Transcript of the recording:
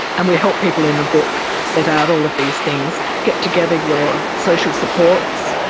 and we help people in the book set out all of these things, get together your social supports,